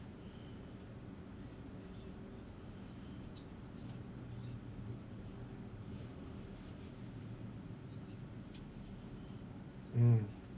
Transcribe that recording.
mm